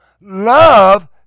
love